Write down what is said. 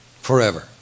Forever